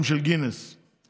אני אספר לך.